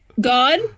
god